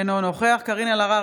אינו נוכח קארין אלהרר,